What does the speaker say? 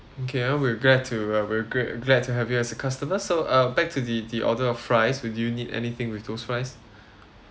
okay ah we're glad to uh we're g~ glad to have you as a customer so uh back to the the order of fries would you need anything with those fries